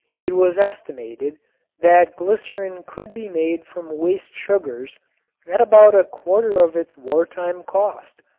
it was estimated that glycerin could be made from waste sugars at about a quarter of its war-time cost,